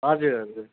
हजुर हजुर